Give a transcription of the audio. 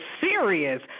serious